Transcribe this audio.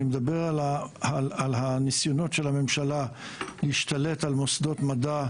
אני מדבר על ניסיונות הממשלה להשתלט על מוסדות מדע,